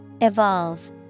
Evolve